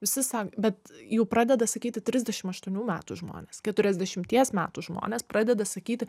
visi sa bet jau pradeda sakyti trisdešim aštuonių metų žmonės keturiasdešimties metų žmonės pradeda sakyti